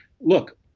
Look